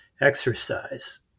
exercise